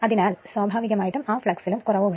അതിനാൽ സ്വാഭാവികമായും ആ ഫ്ലക്സും കുറയും